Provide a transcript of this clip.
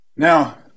Now